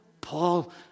Paul